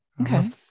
Okay